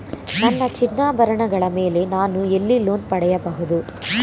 ನನ್ನ ಚಿನ್ನಾಭರಣಗಳ ಮೇಲೆ ನಾನು ಎಲ್ಲಿ ಲೋನ್ ಪಡೆಯಬಹುದು?